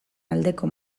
aldeko